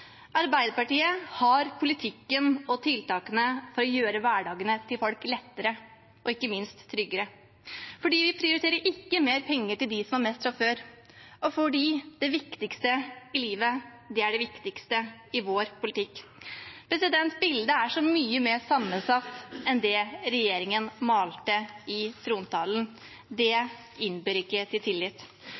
Arbeiderpartiet har politikken og tiltakene for å gjøre hverdagen til folk lettere og ikke minst tryggere – fordi vi ikke prioriterer mer penger til dem som har mest fra før, og fordi det viktigste i livet er det viktigste i vår politikk. Bildet er så mye mer sammensatt enn det regjeringen malte i trontalen. Det innbyr ikke til tillit.